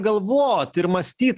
galvot ir mąstyt